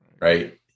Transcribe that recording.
right